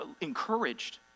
encouraged